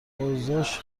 اوضاش